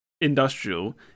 industrial